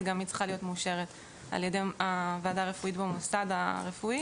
שצריכה להיות מאושרת על ידי הוועדה הרפואית במוסד הרפואי.